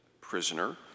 prisoner